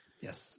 Yes